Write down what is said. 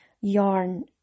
yarn